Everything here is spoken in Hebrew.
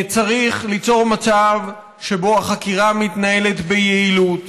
צריך ליצור מצב שבו החקירה מתנהלת ביעילות.